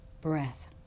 breath